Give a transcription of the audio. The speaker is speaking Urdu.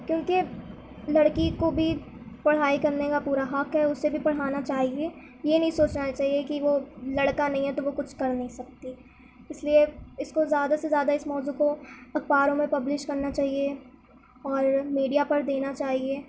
کیوں کہ لڑکی کو بھی پڑھائی کرنے کا پورا حق ہے اسے بھی پڑھانا چاہیے یہ نہیں سوچنا چاہیے کہ وہ لڑکا نہیں ہے تو وہ کچھ کر نہیں سکتی اس لیے اس کو زیادہ سے زیادہ اس موضوع کو اخباروں میں پبلش کرنا چاہیے اور میڈیا پر دینا چاہیے